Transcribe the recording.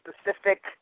specific